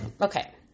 Okay